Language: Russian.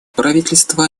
правительство